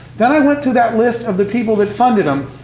then, i went to that list of the people that funded them,